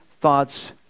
thoughts